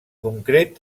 concret